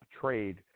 trade